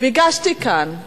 ביקשתי כאן,